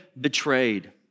betrayed